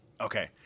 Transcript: Okay